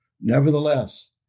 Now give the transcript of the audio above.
nevertheless